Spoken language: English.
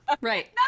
Right